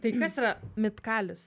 tai kas yra mitkalis